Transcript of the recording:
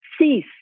cease